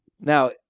Now